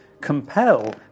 Compel